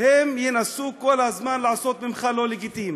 הם ינסו כל הזמן לעשות ממך לא לגיטימי,